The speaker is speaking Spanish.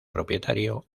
propietario